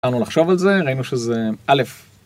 לחשוב על זה ראינו שזה א'